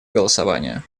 голосования